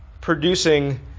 producing